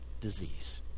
disease